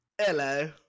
Hello